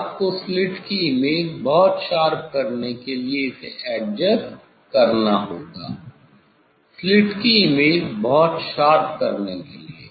अब आपको स्लिट की इमेज बहुत शार्प करने के लिए इसे एडजस्ट करना होगा स्लिट की इमेज बहुत शार्प करने के लिए